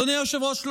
אדוני היושב-ראש,